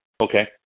Okay